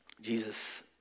Jesus